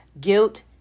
guilt